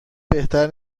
بهتر